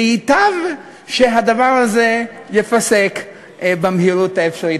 וייטב אם הדבר הזה ייפסק במהירות האפשרית.